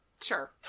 Sure